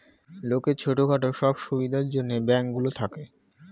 লোকের ছোট খাটো সব সুবিধার জন্যে ব্যাঙ্ক গুলো থাকে